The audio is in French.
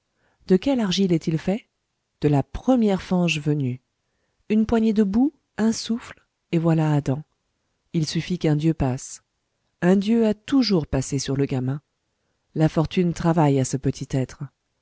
de quelle argile est-il fait de la première fange venue une poignée de boue un souffle et voilà adam il suffît qu'un dieu passe un dieu a toujours passé sur le gamin la fortune travaille à ce petit être